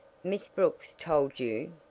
miss brooks told you!